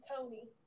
Tony